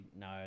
no